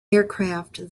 aircraft